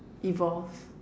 evolves